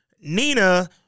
Nina